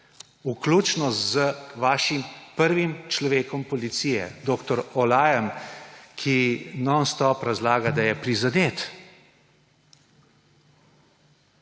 vključno z vašim prvim človekom policije dr. Olajem, ki nonstop razlaga, da je prizadet.